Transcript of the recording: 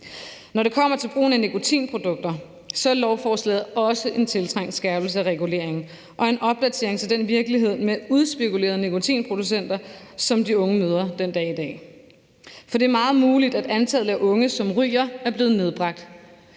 Når det kommer til brugen af nikotinprodukter, er lovforslaget også en tiltrængt skærpelse af reguleringen og en opdatering til den virkelighed med udspekulerede nikotinproducenter, som de unge møder den dag i dag. Det er meget muligt, at antallet af unge, som ryger, er blevet nedbragt,